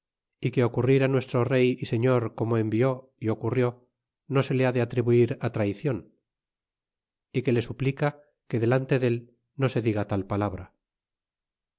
magestad que ocurrir nuestro rey y señor como envió é ocurrió no se le ha de atribuir traycion y que le suplica que delante del no se diga tal palabra